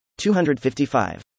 255